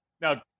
Now